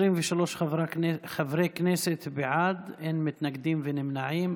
23, אין מתנגדים, אין נמנעים.